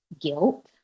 guilt